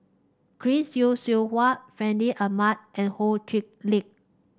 Chris Yeo Siew Hua Fandi Ahmad and Ho Chee Lick